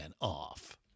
off